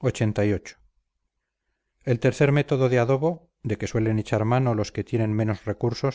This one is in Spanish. lxxxviii el tercer método de adobo de que suelen echar mano los que tienen menos recursos